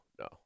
no